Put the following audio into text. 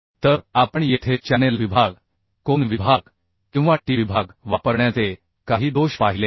तर आपण येथे चॅनेल विभाग कोन विभाग किंवा Tविभाग वापरण्याचे काही दोष पाहिले आहेत